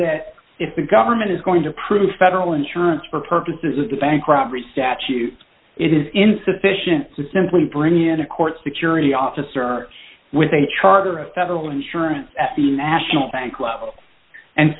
that if the government is going to prove federal insurance for purposes of the bank robbery statute it is insufficient to simply bring in a court security officer with a charter a federal insurance at the national bank level and